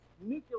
nuclear